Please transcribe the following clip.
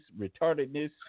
retardedness